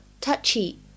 touchy